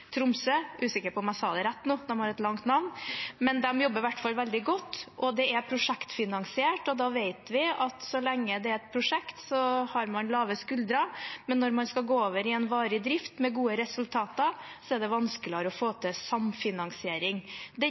Tromsø, og de jobber veldig godt. Det er prosjektfinansiert, og vi vet at så lenge det er et prosjekt, har man lave skuldre, men når man skal gå over i en varig drift, med gode resultater, er det vanskeligere å få til samfinansiering. Det